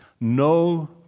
No